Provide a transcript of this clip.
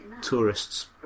tourists